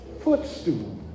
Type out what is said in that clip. Footstool